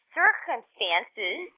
circumstances